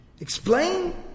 Explain